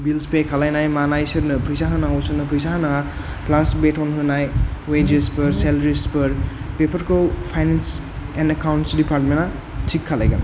bills pay खालायनाय मानाय सोरनो फैसा होनांगौ सोरनो फैसा होनाङा प्लास बेथन होनाय वेजेस फोर सेलारिस फोर बेफोरखौ फायनेन्स एन्द एकाउन्स डिपार्टमेना थिग खालायगोन